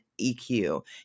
EQ